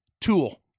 tool